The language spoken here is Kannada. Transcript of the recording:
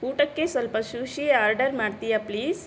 ಊಟಕ್ಕೆ ಸ್ವಲ್ಪ ಶುಷಿ ಆರ್ಡರ್ ಮಾಡ್ತೀಯ ಪ್ಲೀಸ್